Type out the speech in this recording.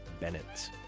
Bennett